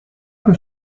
que